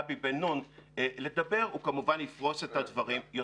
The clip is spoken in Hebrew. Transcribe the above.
גבי בן-נון לדבר, הוא כמובן יפרוס את הדברים יותר.